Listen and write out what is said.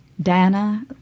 Dana